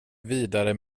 vidare